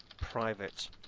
private